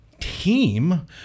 team